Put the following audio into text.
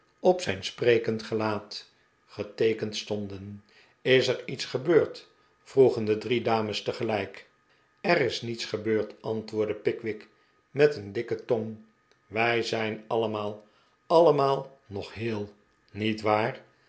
op zijn sprekend gelaat geteekend stonden is er iets gebeurd vroegen de drie dames tegelijk er is niets gebeurd antwoordde pickwick met een dikke tong wij zijn allemaal allemaal nog heel niet waar